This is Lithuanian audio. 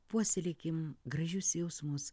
puoselėkim gražius jausmus